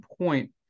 point